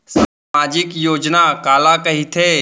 सामाजिक योजना काला कहिथे?